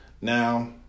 Now